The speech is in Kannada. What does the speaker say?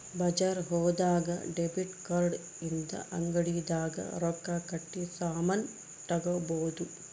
ಬಜಾರ್ ಹೋದಾಗ ಡೆಬಿಟ್ ಕಾರ್ಡ್ ಇಂದ ಅಂಗಡಿ ದಾಗ ರೊಕ್ಕ ಕಟ್ಟಿ ಸಾಮನ್ ತಗೊಬೊದು